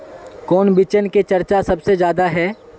कौन बिचन के चर्चा सबसे ज्यादा है?